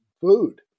food